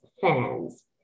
fans